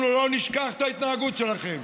אנחנו לא נשכח את ההתנהגות שלכם.